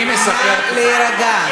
נא להירגע.